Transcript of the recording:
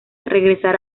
regresar